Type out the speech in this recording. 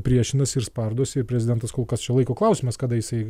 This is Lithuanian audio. priešinasi ir spardosi ir prezidentas kol kas čia laiko klausimas kada jisai